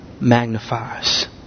magnifies